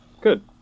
Good